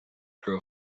grow